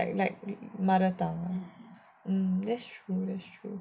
like mother tongue that's true that's true